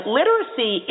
literacy